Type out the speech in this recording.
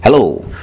Hello